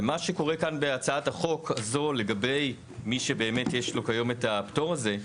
ומה שקורה כאן בהצעת החוק הזו לגבי מי שבאמת יש לו כיום את הפטור הזה,